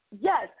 Yes